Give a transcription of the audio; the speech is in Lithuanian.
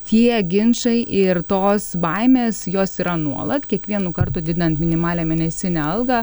tie ginčai ir tos baimės jos yra nuolat kiekvienu kartu didinan minimalią mėnesinę algą